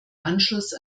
anschluss